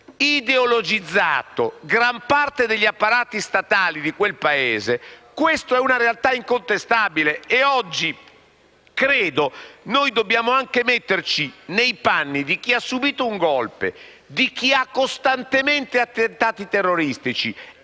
ideologizzato in gran parte degli apparati statali di quel Paese è una realtà incontestabile. Credo che oggi noi dobbiamo metterci nei panni di chi ha subito un *golpe*, di chi subisce costantemente attentati terroristici